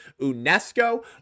UNESCO